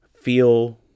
feel